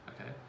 okay